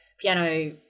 piano